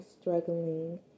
struggling